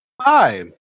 Hi